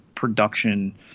Production